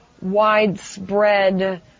widespread